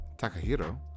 Takahiro